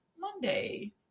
monday